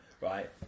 right